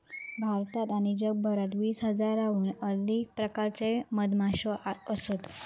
भारतात आणि जगभरात वीस हजाराहून अधिक प्रकारच्यो मधमाश्यो असत